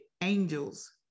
angels